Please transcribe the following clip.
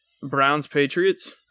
Browns-Patriots